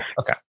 Okay